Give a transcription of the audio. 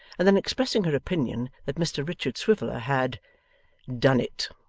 and then expressing her opinion that mr richard swiveller had done it